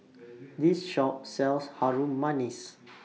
This Shop sells Harum Manis